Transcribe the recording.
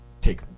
take